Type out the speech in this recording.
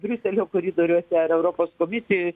briuselio koridoriuose ar europos komisijoj